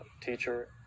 teacher